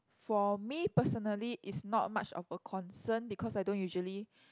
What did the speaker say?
for me personally is not much of a concern because I don't usually